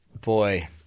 Boy